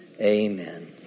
Amen